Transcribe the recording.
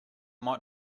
might